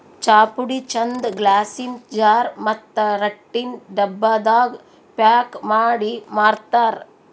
ಚಾಪುಡಿ ಚಂದ್ ಗ್ಲಾಸಿನ್ ಜಾರ್ ಮತ್ತ್ ರಟ್ಟಿನ್ ಡಬ್ಬಾದಾಗ್ ಪ್ಯಾಕ್ ಮಾಡಿ ಮಾರ್ತರ್